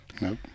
Nope